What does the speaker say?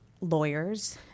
lawyers